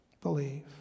Believe